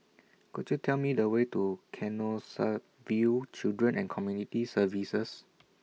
Could YOU Tell Me The Way to Canossaville Children and Community Services